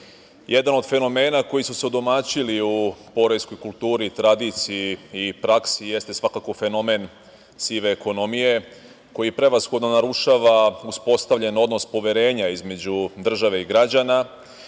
jedan od fenomena koji su se odomaćili u poreskoj kulturi i tradiciji i praksi jeste svakako fenomen sive ekonomije koji prevashodno narušava uspostavljen odnos poverenja između države i građana,